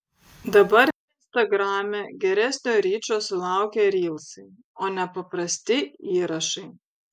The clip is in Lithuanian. dabar instagrame geresnio ryčo sulaukia rylsai o ne paprasti įrašai